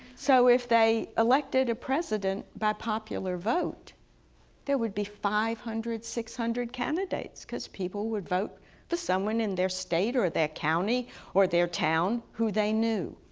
so if they elected a president by popular vote there would be five hundred, six hundred candidates because people would vote for someone in their state or their county or their town who they knew.